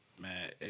Man